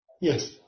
Yes